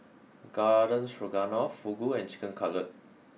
Garden Stroganoff Fugu and Chicken Cutlet